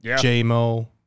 J-Mo